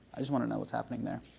i just wanna know what's happening there.